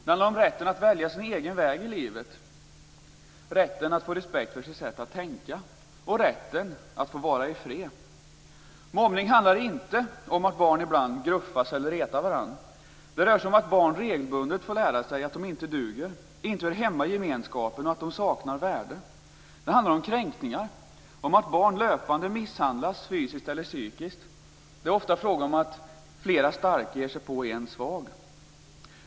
Det handlar om rätten att välja sin egen väg i livet, rätten att få respekt för sitt sätt att tänka och rätten att få vara i fred. Mobbning handlar inte om att barn ibland gruffas och retar varandra. Det rör sig om att barn regelbundet får lära sig att de inte duger, inte hör hemma i gemenskapen och att de saknar värde. Det handlar om kränkningar, om att barn löpande misshandlas fysiskt eller psykiskt. Det är ofta fråga om att flera starka ger sig på en svag.